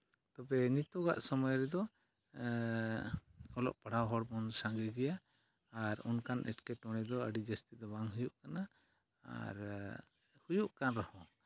ᱛᱚᱵᱮ ᱱᱤᱛᱳᱜᱟᱜ ᱥᱚᱢᱚᱭ ᱨᱮᱫᱚ ᱚᱞᱚᱜ ᱯᱟᱲᱦᱟᱣ ᱦᱚᱲᱵᱚᱱ ᱥᱟᱸᱜᱮ ᱜᱮᱭᱟ ᱟᱨ ᱚᱱᱠᱟᱱ ᱮᱴᱠᱮᱴᱚᱬᱮ ᱫᱚ ᱟᱹᱰᱤ ᱡᱟᱹᱥᱛᱤ ᱫᱚ ᱵᱟᱝ ᱦᱩᱭᱩᱜ ᱠᱟᱱᱟ ᱟᱨ ᱦᱩᱭᱩᱜ ᱠᱟᱱ ᱨᱮᱦᱚᱸ